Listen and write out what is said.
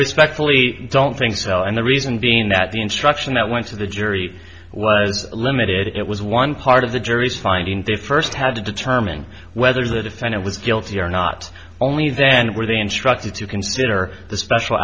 respectfully don't think so and the reason being that the instruction that went to the jury was limited it was one part of the jury finding to first had to determine whether the defendant was guilty or not only then were they instructed to consider the special